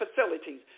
facilities